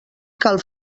cal